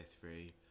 three